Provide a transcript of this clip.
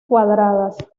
cuadradas